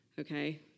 okay